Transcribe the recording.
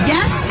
Yes